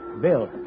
Bill